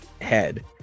head